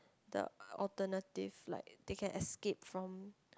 the alternative like they can escape from